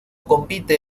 compite